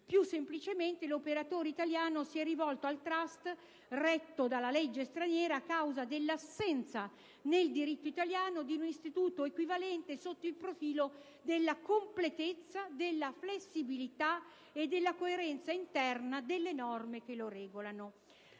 Più semplicemente, l'operatore italiano si è rivolto al *trust* retto dalla legge straniera a causa dell'assenza nel diritto italiano di un istituto equivalente sotto il profilo della completezza, della flessibilità e della coerenza interna delle norme che lo regolano».